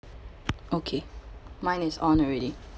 okay mine is on already